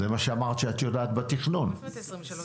זה מה שאמרת שאת יודעת בתכנון עתידי.